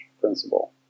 principle